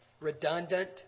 redundant